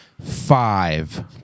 five